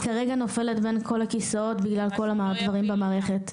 אבל היא כרגע נופלת בין הכיסאות בגלל כל המעברים במערכת.